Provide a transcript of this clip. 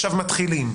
עכשיו מתחילים".